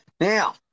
Now